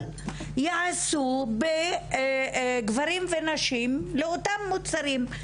יעשו בעניין גברים ונשים לאותם מוצרים.